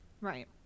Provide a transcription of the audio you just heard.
right